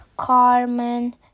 Carmen